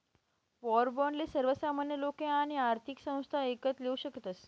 war बाॅन्डले सर्वसामान्य लोके आणि आर्थिक संस्था ईकत लेवू शकतस